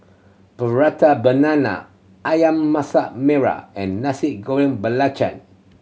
Prata Banana Ayam Masak Merah and Nasi Goreng Belacan